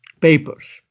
papers